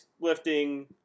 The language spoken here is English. lifting